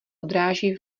odráží